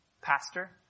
pastor